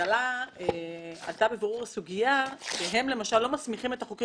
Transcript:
עלה העניין שהם לא מסמיכים את החוקרים.